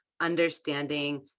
understanding